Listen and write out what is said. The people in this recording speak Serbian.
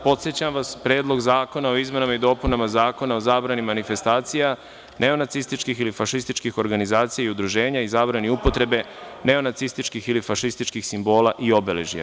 Podsećam vas – Predlog zakona o izmenama i dopunama Zakona o zabrani manifestacija neonacističkih ili fašističkih organizacija i udruženja i zabrani upotrebe neonacističkih ili fašističkih simbola i obeležja.